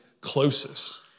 closest